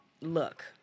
look